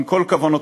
עם כל כוונותיהם,